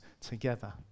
together